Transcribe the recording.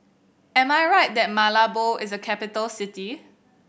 am I right that Malabo is a capital city